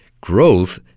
Growth